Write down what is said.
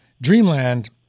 Dreamland